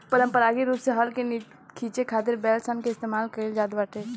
पारम्परिक रूप से हल के खीचे खातिर बैल सन के इस्तेमाल कईल जाट रहे